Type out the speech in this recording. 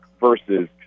versus